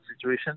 situation